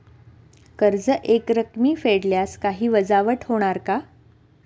कर्ज एकरकमी फेडल्यास काही वजावट होणार का?